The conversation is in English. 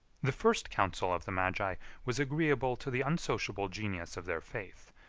the first counsel of the magi was agreeable to the unsociable genius of their faith,